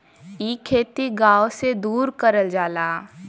इ खेती गाव से दूर करल जाला